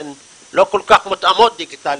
הן לא כל כך מותאמות דיגיטלית